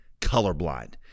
colorblind